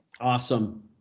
Awesome